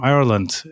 Ireland